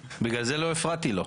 בגלל זה לא הפרעתי לו.